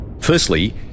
Firstly